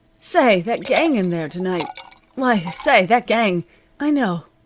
say, that gang in there to-night why, say, that gang i know,